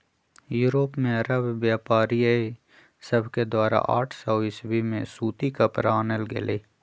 Europe में अरब व्यापारिय सभके द्वारा आठ सौ ईसवी में सूती कपरा आनल गेलइ